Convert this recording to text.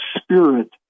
Spirit